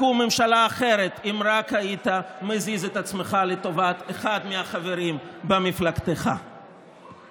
ואת האזרחים שהצביעו עבור אותן המפלגות ללא לגיטימיים.